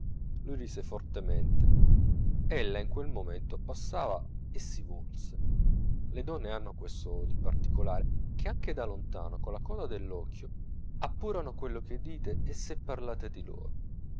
lui rise fortemente ella in quel momento passava e si volse le donne hanno questo di particolare che anche da lontano con la coda dell'occhio appurano quello che dite e se parlate di loro